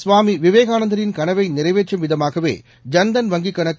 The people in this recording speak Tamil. சுவாமி விவேகானந்தரின் கனவை நிறைவேற்றும் விதமாகவே ஜன்தன் வங்கிக் கணக்கு